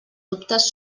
dubtes